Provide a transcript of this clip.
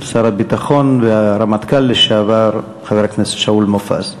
שר הביטחון והרמטכ"ל לשעבר חבר הכנסת שאול מופז.